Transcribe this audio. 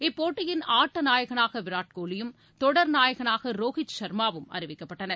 இப்போட்டியின் ஆட்ட நாயகனாக விராட் கோலியும் தொடர் நாயகனாக ரோகித் சர்மாவும் அறிவிக்கப்பட்டனர்